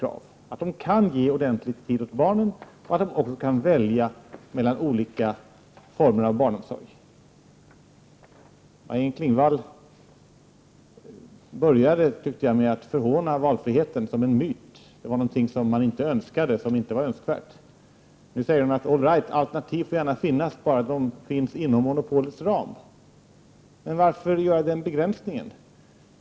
Föräldrarna måste kunna ge barnen ordentligt med tid. Dessutom skall de kunna välja mellan olika former av barnomsorg. Maj-Inger Klingvall började — som jag uppfattade det — med att förhåna valfriheten. Denna framställdes som en myt, som något som inte var önskvärt. Nu säger hon: All right, alternativ får gärna finnas — inom monopolets ram. Men varför göra den begränsningen?